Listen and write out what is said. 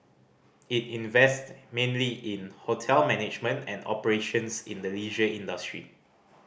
it invest mainly in hotel management and operations in the leisure industry